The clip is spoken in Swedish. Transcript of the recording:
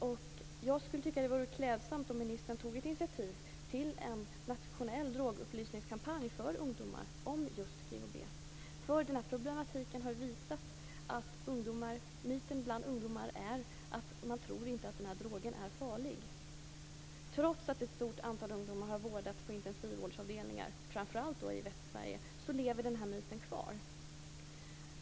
Jag tycker att det skulle vara klädsamt om ministern tog ett initiativ till en nationell drogupplysningskampanj för ungdomar om just GHB. Den här problematiken har ju visat att myten bland ungdomar är att den här drogen inte är farlig. Trots att ett stort antal ungdomar har vårdats på intensivvårdsavdelningar, framför allt i Västsverige, lever den här myten kvar.